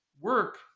work